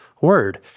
word